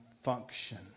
function